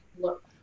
look